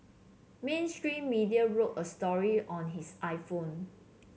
mainstream media wrote a story on his iPhone